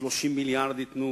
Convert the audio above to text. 30 מיליארד ייתנו